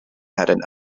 had